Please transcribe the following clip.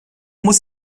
muss